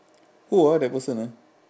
who ah that person ah